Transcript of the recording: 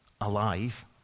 alive